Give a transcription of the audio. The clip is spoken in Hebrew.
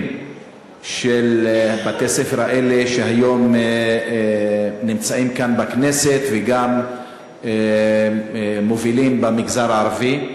שלהם שהיום נמצאים כאן בכנסת וגם מובילים במגזר הערבי.